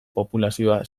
populazioa